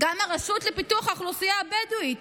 גם הרשות לפיתוח האוכלוסייה הבדואית,